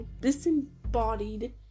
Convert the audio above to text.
disembodied